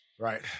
Right